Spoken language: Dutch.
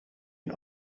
een